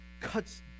cuts